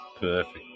perfect